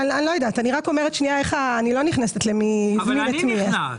אני לא נכנסת את מי -- אבל אני נכנס.